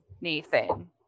Nathan